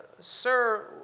sir